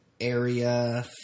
area